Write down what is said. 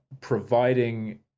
providing